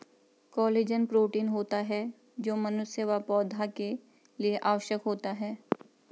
collagen protein होता है जो मनुष्य व पौधा के लिए आवश्यक होता है